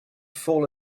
fall